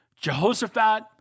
Jehoshaphat